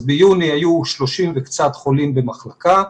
אז ביוני היו 30 וקצת חולים במחלקה,